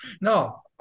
no